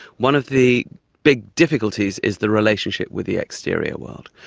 one of the big difficulties is the relationship with the exterior world.